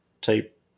type